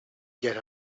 yet